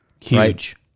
Huge